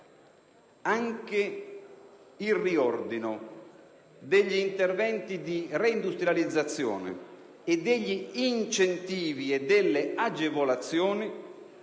Anche il riordino degli interventi di reindustrializzazione e degli incentivi e delle agevolazioni